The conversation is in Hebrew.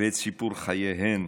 ואת סיפור חייהן,